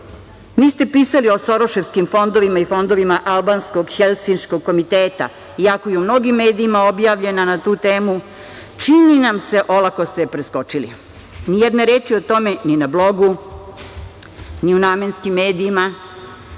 niste pisali o soroševskim fondovima i fondovima Albanskog helsinškog komiteta. Iako je u mnogim medijima objavljena na tu temu, čini nam se olako ste je preskočili. Nijedne reči o tome ni na blogu, ni u namenskim medijima,